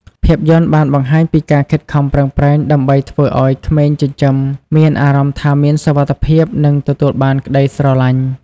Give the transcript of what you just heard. ភាពយន្តបានបង្ហាញពីការខិតខំប្រឹងប្រែងដើម្បីធ្វើឲ្យក្មេងចិញ្ចឹមមានអារម្មណ៍ថាមានសុវត្ថិភាព និងទទួលបានក្ដីស្រឡាញ់។